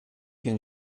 can